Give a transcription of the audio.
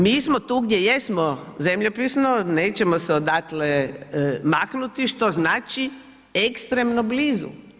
Mi smo tu gdje jesmo zemljopisno, nećemo se odatle maknuti što znači ekstremno blizu.